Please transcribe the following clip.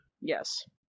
Yes